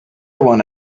one